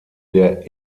der